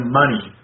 money